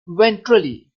ventrally